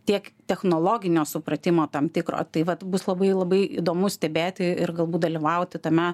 tiek technologinio supratimo tam tikro tai vat bus labai labai įdomu stebėti ir galbūt dalyvauti tame